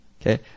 Okay